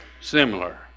similar